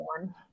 one